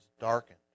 darkened